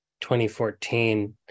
2014